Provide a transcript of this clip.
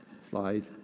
Slide